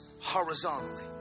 horizontally